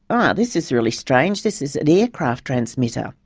oh, this is really strange, this is an aircraft transmitter.